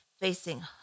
facing